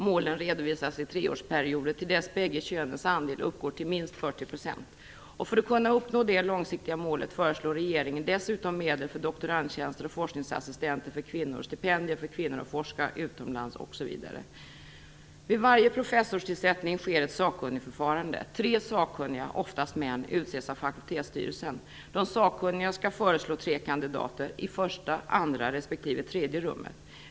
Målen redovisas i treårsperioder till dess att bägge könens andel uppgår till minst 40 %. För att kunna uppnå det långsiktiga målet föreslår regeringen dessutom medel för doktorandtjänster och forskningsassistenter för kvinnor, stipendier för kvinnor att forska utomlands osv. Vid varje professorstillsättning sker ett sakkunnigförfarande. Tre sakkunniga - oftast män - utses av fakultetsstyrelsen. De sakkunniga skall föreslå tre kandidater - i första, andra respektive tredje rummet.